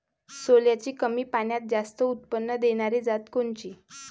सोल्याची कमी पान्यात जास्त उत्पन्न देनारी जात कोनची?